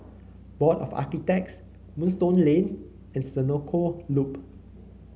Board of Architects Moonstone Lane and Senoko Loop